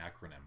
acronym